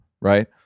right